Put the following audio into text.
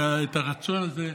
את הרצון הזה,